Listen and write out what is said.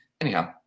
Anyhow